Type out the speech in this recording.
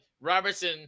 Robertson